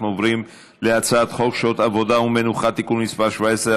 אנחנו עוברים להצעת חוק שעות עבודה ומנוחה (תיקון מס' 17),